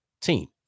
team